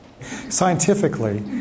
Scientifically